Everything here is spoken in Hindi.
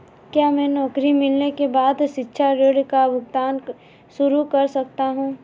क्या मैं नौकरी मिलने के बाद शिक्षा ऋण का भुगतान शुरू कर सकता हूँ?